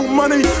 money